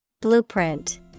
Blueprint